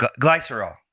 Glycerol